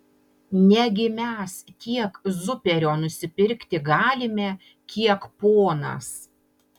negi mes tiek zuperio nusipirkti galime kiek ponas